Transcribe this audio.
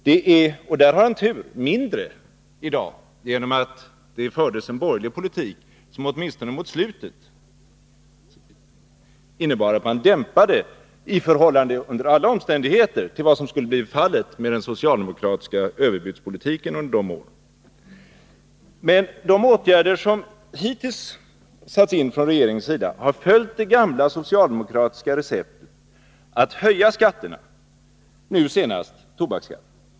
Det är — och där har han tur — mindre i dag genom att det fördes en borgerlig politik som åtminstone mot slutet innebar att utgiftsstegringen dämpades i förhållande till, under alla omständigheter, vad som skulle ha blivit fallet med den socialdemokratiska överbudspolitiken under de åren. Men de åtgärder som hittills satts in från regeringens sida har följt det gamla socialdemokratiska receptet att höja skatterna — nu senast tobaksskatten.